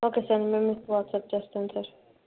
okay sir మేం మీకు WhatsApp చేస్తాం సార్